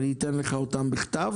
אני אעביר לך את זה בכתב.